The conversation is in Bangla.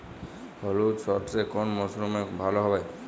হলুদ সর্ষে কোন মরশুমে ভালো হবে?